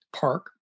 park